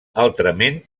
altrament